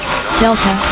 Delta